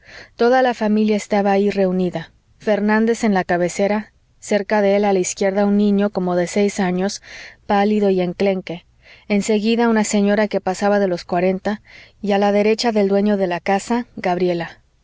toda la familia estaba allí reunida fernández en la cabecera cerca de él a la izquierda un niño como de seis años pálido y enclenque en seguida una señora que pasaba de los cuarenta y a la derecha del dueño de la casa gabriela